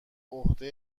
عهده